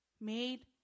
made